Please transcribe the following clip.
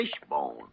fishbone